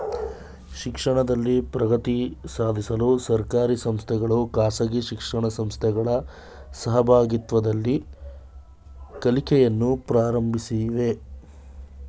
ಶಿಕ್ಷಣದಲ್ಲಿ ಪ್ರಗತಿ ಸಾಧಿಸಲು ಸರ್ಕಾರಿ ಸಂಸ್ಥೆಗಳು ಖಾಸಗಿ ಶಿಕ್ಷಣ ಸಂಸ್ಥೆಗಳ ಸಹಭಾಗಿತ್ವದಲ್ಲಿ ಕಲಿಕೆಯನ್ನು ಪ್ರಾರಂಭಿಸಿವೆ